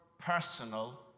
personal